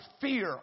fear